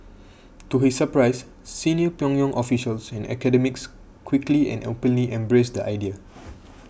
to his surprise senior Pyongyang officials and academics quickly and openly embraced the idea